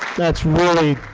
that's really,